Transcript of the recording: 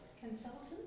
Consultant